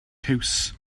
piws